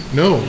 no